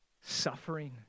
suffering